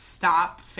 Stop